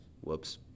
Whoops